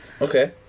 Okay